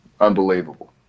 unbelievable